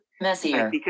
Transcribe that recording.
Messier